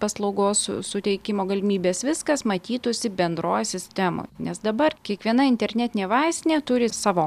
paslaugos su suteikimo galimybės viskas matytųsi bendroj sistemoj nes dabar kiekviena internetinė vaistinė turi savo